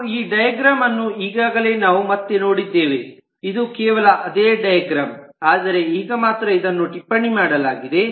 ಹಾಗೂ ಈ ಡಯಾಗ್ರಾಮ್ ಅನ್ನು ಈಗಾಗಲೇ ನಾವು ಮತ್ತೆ ನೋಡಿದ್ದೇವೆ ಇದು ಕೇವಲ ಅದೇ ಡಯಾಗ್ರಾಮ್ ಆದರೆ ಈಗ ಮಾತ್ರ ಇದನ್ನು ಟಿಪ್ಪಣಿ ಮಾಡಲಾಗಿದೆ